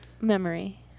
memory